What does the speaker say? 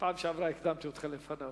בפעם שעברה הקדמתי אותך לפניו.